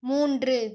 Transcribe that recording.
மூன்று